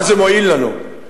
מה זה מועיל לנו?